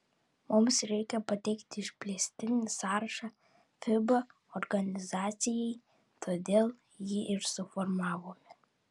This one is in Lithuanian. mums reikia pateikti išplėstinį sąrašą fiba organizacijai todėl jį ir suformavome